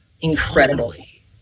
Incredibly